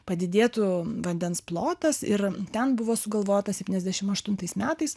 padidėtų vandens plotas ir ten buvo sugalvota septyniasdešimt aštuntais metais